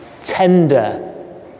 tender